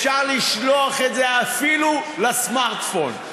אפשר לשלוח את זה אפילו לסמארטפון.